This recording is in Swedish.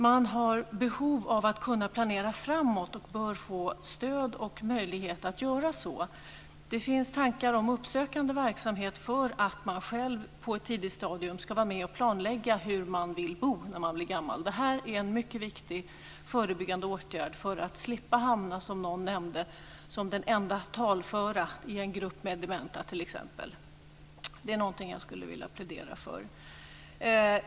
Man har behov av att kunna planera framåt och bör få stöd och möjlighet att göra så. Det finns tankar om uppsökande verksamhet för att man själv på ett tidigt stadium ska få vara med och planlägga hur man vill bo när man blir gammal. Detta är en mycket viktig förebyggande åtgärd för att man t.ex. ska slippa hamna som den enda talföra i en grupp med dementa, som någon nämnde. Det är någonting jag skulle vilja plädera för.